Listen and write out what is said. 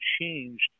changed